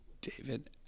David